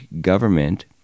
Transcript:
government